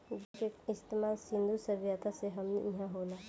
जुट के इस्तमाल सिंधु सभ्यता से हमनी इहा होला